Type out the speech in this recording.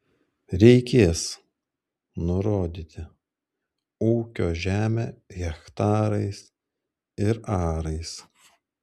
reikės nurodyti ūkio žemę hektarais ir arais